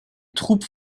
troupes